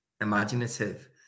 imaginative